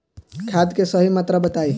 खाद के सही मात्रा बताई?